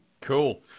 Cool